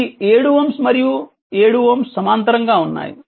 ఇది 7Ω ఈ 7Ω మరియు 7Ω సమాంతరంగా ఉన్నాయి